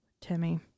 Timmy